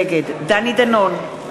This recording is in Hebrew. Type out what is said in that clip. נגד דני דנון,